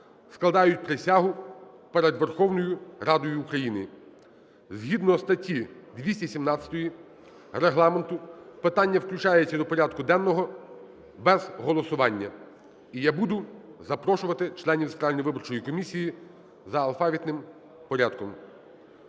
складають присягу перед Верховною Радою України. Згідно статті 217 Регламенту питання включається до порядку денного без голосування. І я буду запрошувати членів Центральної виборчої